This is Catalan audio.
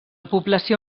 població